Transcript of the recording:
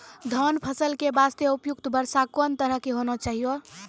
धान फसल के बास्ते उपयुक्त वर्षा कोन तरह के होना चाहियो?